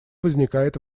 возникает